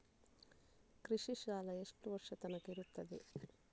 ಕೃಷಿ ಸಾಲ ಎಷ್ಟು ವರ್ಷ ತನಕ ಇರುತ್ತದೆ?